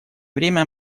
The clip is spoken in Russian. время